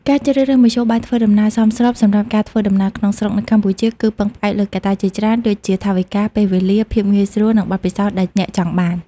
ការជ្រើសរើសមធ្យោបាយធ្វើដំណើរសមស្របសម្រាប់ការធ្វើដំណើរក្នុងស្រុកនៅកម្ពុជា គឺពឹងផ្អែកលើកត្តាជាច្រើន ដូចជាថវិកា ពេលវេលា ភាពងាយស្រួល និងបទពិសោធន៍ដែលអ្នកចង់បាន។